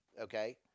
Okay